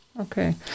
Okay